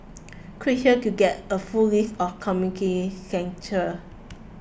click here to get a full list of community centres